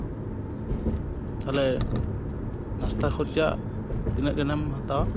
ᱛᱟᱞᱦᱮ ᱱᱟᱥᱛᱟ ᱠᱷᱚᱨᱪᱟ ᱛᱤᱱᱟᱹᱜ ᱜᱟᱱᱮᱢ ᱦᱟᱛᱟᱣᱟ